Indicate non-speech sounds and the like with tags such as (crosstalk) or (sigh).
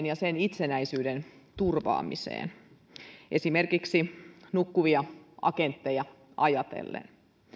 (unintelligible) ja sen itsenäisyyden turvaamiseen esimerkiksi nukkuvia agentteja ajatellen